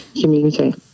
community